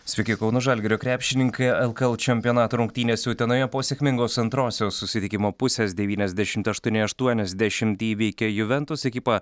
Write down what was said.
sveiki kauno žalgirio krepšininkai lkl čempionato rungtynėse utenoje po sėkmingos antrosios susitikimo pusės devyniasdešimt aštuoni aštuoniasdešimt įveikė juventus ekipą